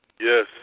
Yes